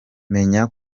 menya